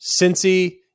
Cincy